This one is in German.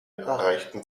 erreichten